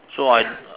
so I